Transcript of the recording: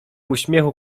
uśmiechu